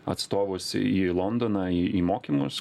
atstovus į londoną į mokymus